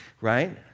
right